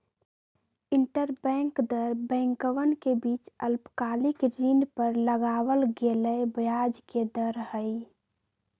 interbank दर बैंकवन के बीच अल्पकालिक ऋण पर लगावल गेलय ब्याज के दर हई